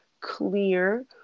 clear